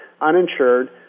uninsured